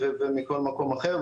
ומכל מקום אחר,